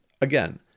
Again